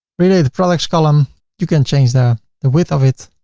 related products column you can change the the width of it,